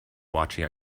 watching